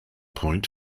point